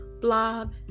blog